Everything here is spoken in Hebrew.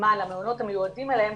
בזמן למעונות המיועדים להם,